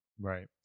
Right